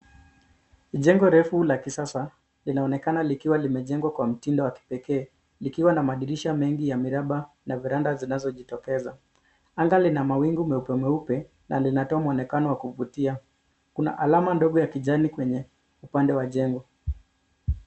Jengo refu la kisasa linaonekana likiwa limejengwa kwa mtindo wa kipekee likiwa na madirisha mengi ya miraba na viranda zinazojitokeza, anga lina mawingu meupe mweupe na linatoa muonekano wa kuvutia ,kuna alama ndogo ya kijani kwenye upande wa jengo.